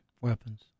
weapons